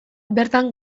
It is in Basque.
bertan